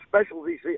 specialty